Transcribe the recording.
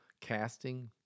casting